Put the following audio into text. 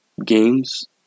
games